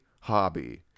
Hobby